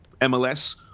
MLS